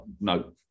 no